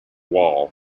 wall